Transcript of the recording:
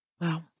Wow